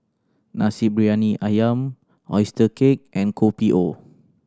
Nasi Briyani Ayam oyster cake and Kopi O